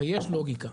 ויש לוגיקה.